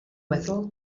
vessel